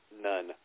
None